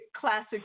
classic